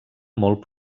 molt